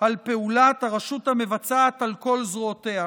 על פעולת הרשות המבצעת על כל זרועותיה,